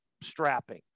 strapping